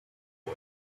boy